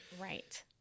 Right